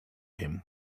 him